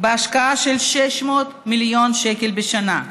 בהשקעה של 600 מיליון שקל בשנה.